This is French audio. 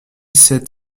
sept